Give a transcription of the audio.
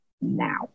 now